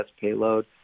payload